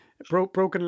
Broken